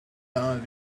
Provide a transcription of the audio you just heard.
down